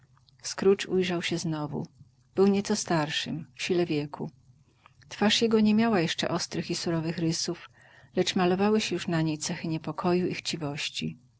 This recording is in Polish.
scrooge ujrzał się znowu był nieco starszym w sile wieku twarz jego nie miała jeszcze ostrych i surowych rysów lecz malowały się już na niej cechy niepokoju i chciwości